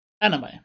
anime